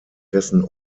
dessen